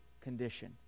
condition